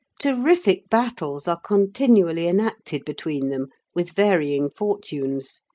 terrific battles are continually enacted between them with varying fortunes,